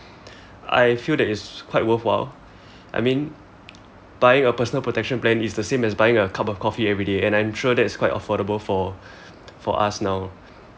I feel that it's quite worth while I mean buying a personal protection plan is the same as buying a cup of coffee everyday and I'm sure that is quite affordable for for us now